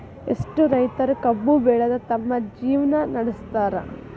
ಎಷ್ಟೋ ರೈತರು ಕಬ್ಬು ಬೆಳದ ತಮ್ಮ ಜೇವ್ನಾ ನಡ್ಸತಾರ